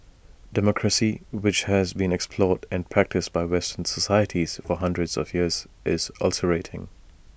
democracy which has been explored and practised by western societies for hundreds of years is ulcerating